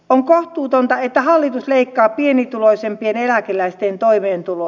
on kohtuutonta että hallitus leikkaa pienituloisimpien eläkeläisten toimeentuloa